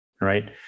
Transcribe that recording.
right